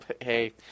Hey